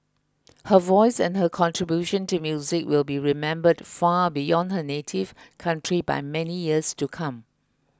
her voice and her contribution to music will be remembered far beyond her native country by many years to come